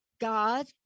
God